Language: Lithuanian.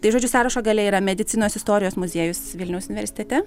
tai žodžiu sąrašo gale yra medicinos istorijos muziejus vilniaus universitete